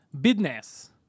business